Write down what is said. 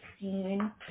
seen